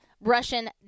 Russian